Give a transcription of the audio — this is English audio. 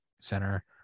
Center